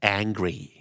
angry